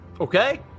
okay